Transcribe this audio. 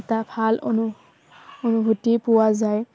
এটা ভাল অনুভূতি পোৱা যায়